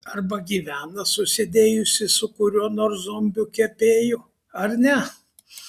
arba gyvena susidėjusi su kuriuo nors zombiu kepėju ar ne